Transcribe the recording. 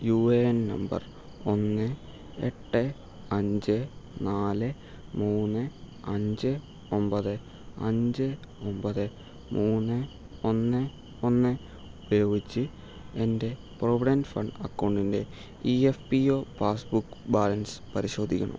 U A N നമ്പർ ഒന്ന് എട്ട് അഞ്ച് നാല് മൂന്ന് അഞ്ച് ഒമ്പത് അഞ്ച് ഒമ്പത് മൂന്ന് ഒന്ന് ഒന്ന് ഉപയോഗിച്ച് എൻ്റെ പ്രൊവിഡൻറ്റ് ഫണ്ട് അക്കൗണ്ടിൻ്റെ E F P O passbook balance പരിശോധിക്കണം